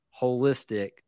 holistic